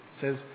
says